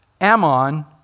Ammon